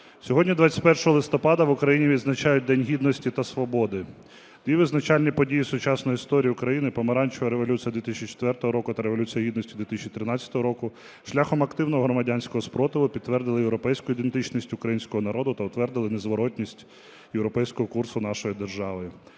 Сьогодні, 21 листопада, в Україні визначають День Гідності та Свободи. Дві визначальні події сучасної історії України – Помаранчева революція 2004 року та Революція Гідності 2013 року – шляхом активного громадянського спротиву підтвердили європейську ідентичність українського народу та утвердили незворотність європейського курсу нашої держави.